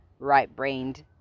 rightbrained